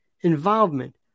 involvement